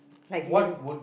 like you